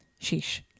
sheesh